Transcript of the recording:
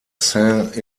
saint